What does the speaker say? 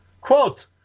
quote